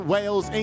Wales